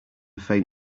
faint